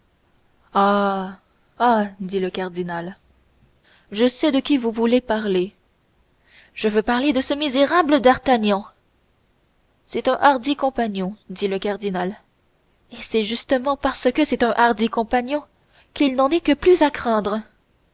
dit le cardinal je sais de qui vous voulez parler je veux parler de ce misérable d'artagnan c'est un hardi compagnon dit le cardinal et c'est justement parce que c'est un hardi compagnon qu'il n'en est que plus à craindre